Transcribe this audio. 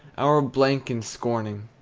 our blank in scorning.